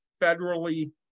federally